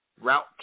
Route